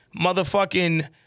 motherfucking